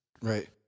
Right